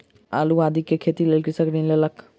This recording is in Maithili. आलू आदि के खेतीक लेल कृषक ऋण लेलक